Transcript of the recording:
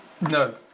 no